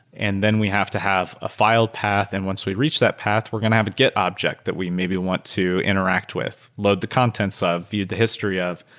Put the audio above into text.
and then we have to have a file path. and once we reach that path, we're going to have a git object that we maybe want to interact with, load the contents of, view the history of.